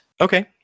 Okay